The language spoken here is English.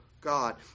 God